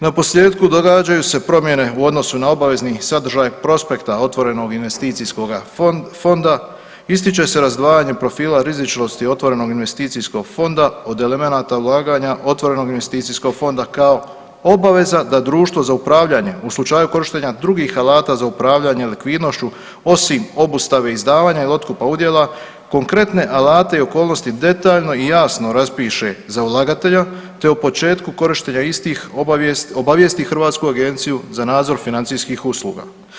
Na posljetku događaju se promjene u odnosu na obavezni sadržaj prospekta otvorenog investicijskog fonda, ističe se razdvajanje profila rizičnosti otvorenog investicijskog fonda od elemenata ulaganja, otvorenog investicijskog fonda kao obaveza da društvo za upravljanje u slučaju korištenje drugih alata za upravljanje likvidnošću osim obustave izdavanja i otkupa udjela konkretne alate i okolnosti detaljno i jasno raspiše za ulagatelja te o početku korištenja istih obavijesti Hrvatsku agenciju za nadzor financijskih usluga.